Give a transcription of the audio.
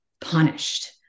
punished